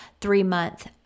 three-month